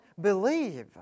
believe